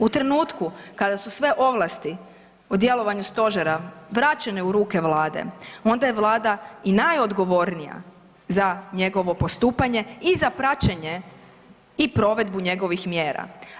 U trenutku kada su sve ovlasti o djelovanju Stožera vraćene u ruke Vlade, onda je Vlada i najodgovornija za njegovo postupanje i za praćenje i provedbu njegovih mjera.